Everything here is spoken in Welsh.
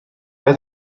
oedd